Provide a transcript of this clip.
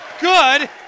Good